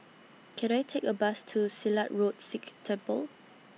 Can I Take A Bus to Silat Road Sikh Temple